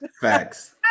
facts